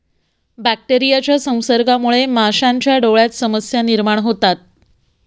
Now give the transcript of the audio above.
बॅक्टेरियाच्या संसर्गामुळे माशांच्या डोळ्यांत समस्या निर्माण होतात